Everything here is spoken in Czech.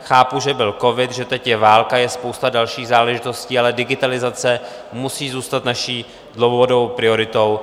Chápu, že byl covid, že teď je válka, je spousta dalších záležitostí, ale digitalizace musí zůstat naší dlouhodobou prioritou.